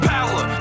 Power